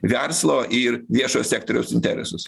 verslo ir viešojo sektoriaus interesus